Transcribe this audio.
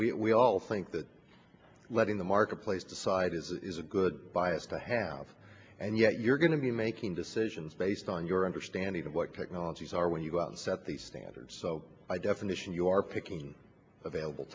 we all think that letting the marketplace decide is a good bias to have and yet you're going to be making decisions based on your understanding of what technologies are when you go out and set the standards so by definition you are picking available